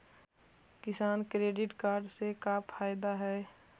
किसान credit card से का फायदा है?